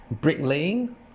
bricklaying